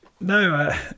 No